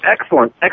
excellent